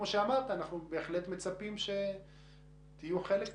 אנחנו בהחלט מצפים שתהיו חלק מזה.